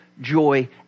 joy